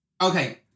Okay